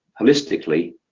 holistically